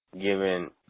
given –